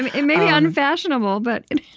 and it may be unfashionable, but it